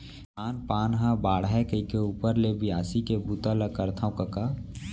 धान पान हर बाढ़य कइके ऊपर ले बियासी के बूता ल करथव कका